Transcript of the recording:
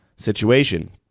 situation